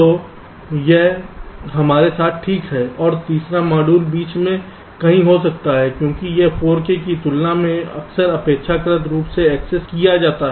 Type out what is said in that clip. तो यह हमारे साथ ठीक है और तीसरा मॉड्यूल बीच में कहीं हो सकता है क्योंकि यह 4 k की तुलना में अक्सर अपेक्षाकृत रूप से एक्सेस किया जाता है